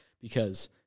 because-